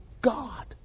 God